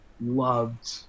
loved